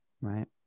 right